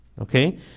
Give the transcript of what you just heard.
okay